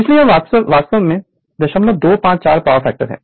इसलिए यह वास्तव में 0254 पावर फैक्टर है